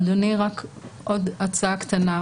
אדוני, אולי רק עוד הצעה קטנה.